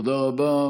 תודה רבה.